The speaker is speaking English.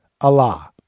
Allah